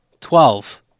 Twelve